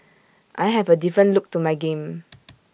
I have A different look to my game